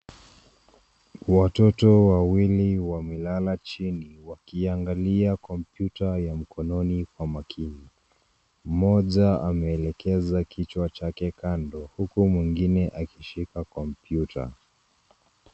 Watoto wawili wamelala chini wakiangalia kompyuta ya mkononi kwa makini, mmoja ameelekeza kichwa chake kando huku mwingine akishika kompyuta.